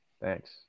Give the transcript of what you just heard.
Thanks